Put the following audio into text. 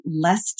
less